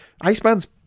Iceman's